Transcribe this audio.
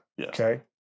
okay